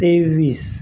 तेवीस